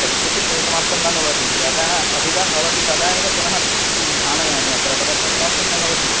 तस्य तु परिसमाप्तं न भवति यदा अधिकं भवति तदा एव पुनः आनयामि अत्र तदर्थं समाप्तं न भवति